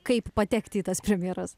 kaip patekti į tas premjeras